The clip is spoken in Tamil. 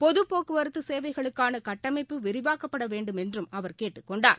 பொதுபோக்குவரத்துசேவைகளுக்கானகட்டமைப்பு விரிவாக்கப்படவேண்டுமென்றும் அவர் கேட்டுக் கொண்டார்